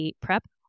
PrEP